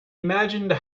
imagined